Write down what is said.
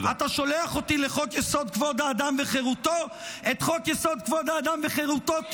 אתה שולח אותי לחוק-יסוד: כבוד האדם וחירותו?